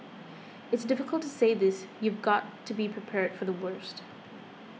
it's difficult to say this you've got to be prepared for the worst